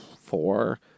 four